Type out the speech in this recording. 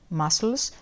muscles